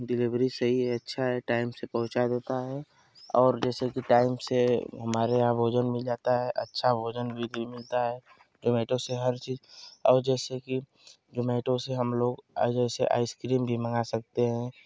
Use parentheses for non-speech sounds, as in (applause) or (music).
delivery सही है अच्छा है टाइम से पहुँचा देता है और जैसे कि टाइम से हमारे यहाँ भोजन मिल जाता है अच्छा भोजन (unintelligible) मिलता है जोमेटो से हर चीज़ और जैसे कि जोमेटो से हम लोग आइ जैसे आइसक्रीम भी मंगा सकते हैं